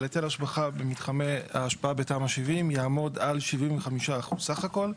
אבל היטל השבחה במתחמי ההשפעה בתמ"א 70 יעמוד על 75% סך הכול.